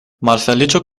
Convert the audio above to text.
malfeliĉo